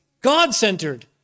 God-centered